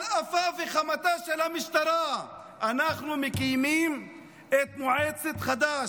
על אפה וחמתה של המשטרה אנחנו מקימים את מועצת חד"ש,